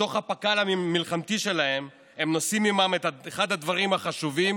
שבתוך הפק"ל המלחמתי שלהם הם נושאים עימם את אחד הדברים החשובים